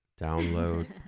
download